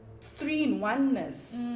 three-in-oneness